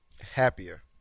Happier